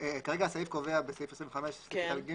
כרגע הסעיף קובע, בסעיף 25(ג),